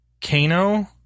Kano